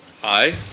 Hi